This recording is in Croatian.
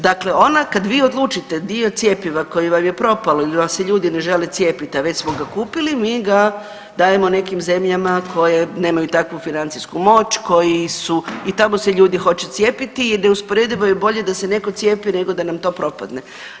Dakle, ona kada vi odlučite dio cjepiva koje vam je propalo ili vam se ljudi ne žele cijepiti a već smo ga kupili mi ga dajemo nekim zemljama koje nemaju takvu financijsku moć, koji su i tamo se ljudi hoće cijepiti i neusporedivo je bolje da se netko cijepi nego da nam to propadne.